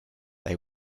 they